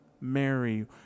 Mary